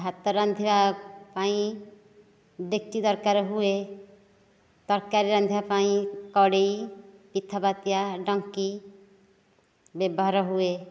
ଭାତ ରାନ୍ଧିବା ପାଇଁ ଡେକ୍ଚି ଦରକାର ହୁଏ ତରକାରି ରାନ୍ଧିବା ପାଇଁ କଡ଼େଇ ପିଠାପାତିଆ ଡଙ୍କି ବ୍ୟବହାର ହୁଏ